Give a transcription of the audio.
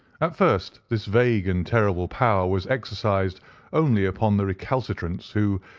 at first this vague and terrible power was exercised only upon the recalcitrants who,